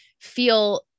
feel